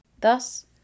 Thus